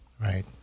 right